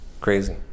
crazy